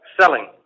selling